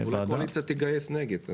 הצבעה אולי הקואליציה תגייס נגד.